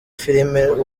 filime